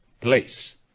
place